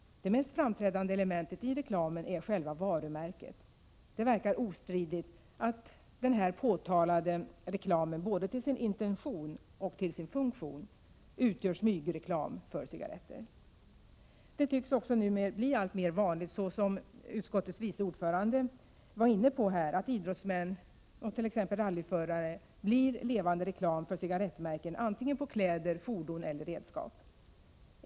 Det mest framträdande elementet i reklamen är själva varumärket. Det verkar ostridigt att den här påtalade reklamen både till sin intention och till sin funktion utgör smygreklam för cigaretter. Det tycks också numer bli allt vanligare, såsom utskottets vice ordförande var inne på, att idrottsmän och t.ex. rallyförare blir levande reklam för cigarettmärken, på antingen kläder, fordon eller redskap.